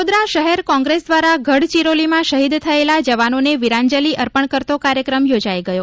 વડોદરા શહેર કોંગ્રેસ દ્વારા ગઢચિરોલીમાં શહીદ થયેલા જવાનોને વિરાંજલી અર્પણ કરતો કાર્યક્રમ યોજાઇ ગયો